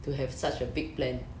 to have such a big plan